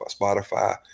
Spotify